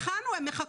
הכנו תקנות, הן מחכות.